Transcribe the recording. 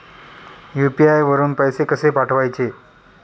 UPI वरून पैसे कसे पाठवायचे?